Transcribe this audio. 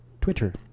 Twitter